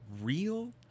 real